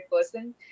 person